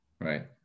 Right